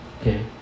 Okay